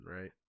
right